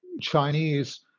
Chinese